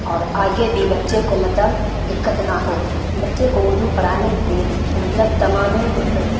اور آگے بھی بچے کو مطلب دقت نہ ہو بچے کو اردو پڑھانے کی مطلب تمام ہی مطلب